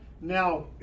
Now